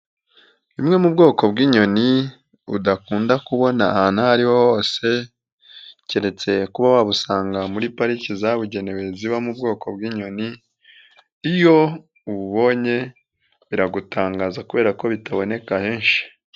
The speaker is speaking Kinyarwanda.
Imwe mu bwoko bw'inyoni udakunda kubona ahantu aho ari ho hose keretse kuba wabusanga muri parike zabugenewe ziba mu bwoko bw'inyoni, iyo ububonye biragutangaza kubera ko bitaboneka henshi.